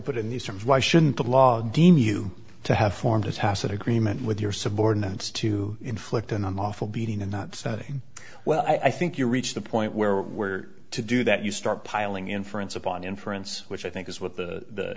put in these terms why shouldn't the law deem you to have formed a tacit agreement with your subordinates to inflict an unlawful beating and not setting well i think you reach the point where where to do that you start piling inference upon inference which i think is what the